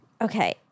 okay